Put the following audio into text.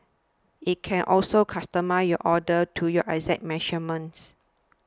it can also customise your order to your exact measurements